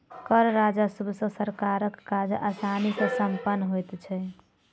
कर राजस्व सॅ सरकारक काज आसानी सॅ सम्पन्न होइत छै